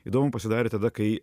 įdomu pasidarė tada kai